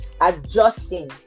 adjusting